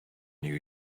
new